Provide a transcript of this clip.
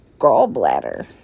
gallbladder